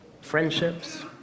friendships